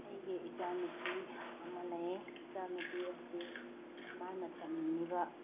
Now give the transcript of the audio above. ꯑꯩꯒꯤ ꯏꯆꯥ ꯅꯨꯄꯤ ꯑꯃ ꯂꯩ ꯏꯆꯥ ꯅꯨꯄꯤ ꯑꯁꯤ ꯃꯥꯅ ꯇꯝꯅꯤꯡꯉꯤꯕ